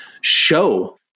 show